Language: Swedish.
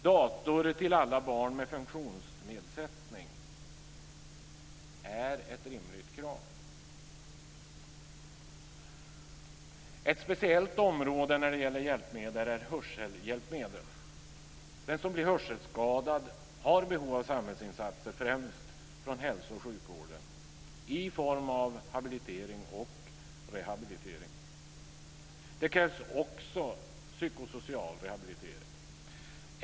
Dator till alla barn med funktionsnedsättning är ett rimligt krav. Ett speciellt område för hjälpmedel är hörselhjälpmedel. Den som blir hörselskadad har behov av samhällsinsatser, främst från hälso och sjukvården, i form av habilitering och rehabilitering. Det krävs också psykosocial rehabilitering.